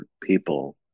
people